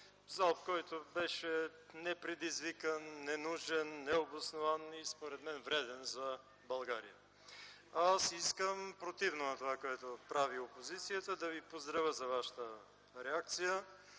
Залп, който беше непредизвикан, ненужен, необоснован и според мен вреден за България. Противно на това, което прави опозицията, аз искам да Ви поздравя за Вашата реакция.